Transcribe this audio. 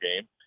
game